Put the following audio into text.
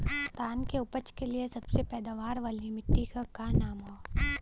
धान की उपज के लिए सबसे पैदावार वाली मिट्टी क का नाम ह?